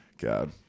God